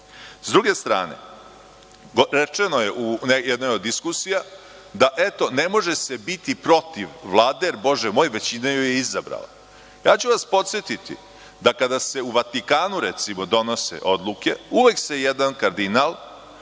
druge strane rečeno je u jednoj od diskusija da eto ne može se biti protiv Vlade, jer Bože moj većina ju je izabrala. Podsetiću vas da kada se u Vatikanu recimo donose odluke uvek se jedan kardinal